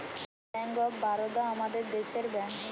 bank of Baroda আমাদের দেশের bank